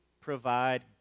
provide